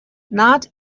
not